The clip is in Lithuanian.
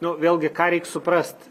nu vėlgi ką reik suprast